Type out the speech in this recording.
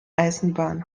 eisenbahn